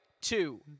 two